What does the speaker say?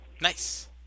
nice